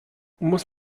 muss